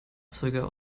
schlagzeuger